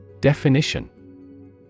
Definition